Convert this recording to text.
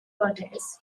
protest